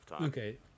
Okay